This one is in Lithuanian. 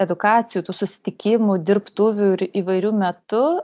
edukacijų tų susitikimų dirbtuvių ir įvairiu metu